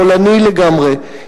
חולני לגמרי,